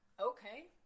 Okay